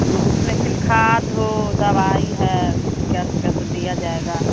हाँ उसमें फिर खाद हो दवाई है कैसे कैसे दिया जाएगा